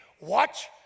Watch